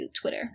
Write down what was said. Twitter